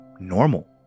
normal